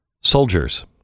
soldiers